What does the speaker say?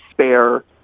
spare